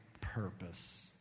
purpose